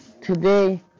Today